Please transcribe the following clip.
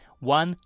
One